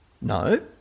No